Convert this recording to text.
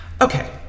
Okay